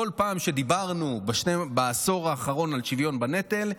בכל פעם שדיברנו בעשור האחרון על שוויון בנטל,